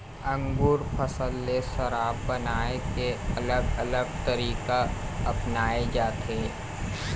अंगुर फसल ले शराब बनाए के अलग अलग तरीका अपनाए जाथे